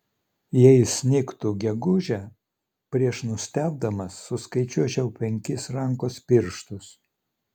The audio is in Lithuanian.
jei snigtų gegužę prieš nustebdamas suskaičiuočiau penkis rankos pirštus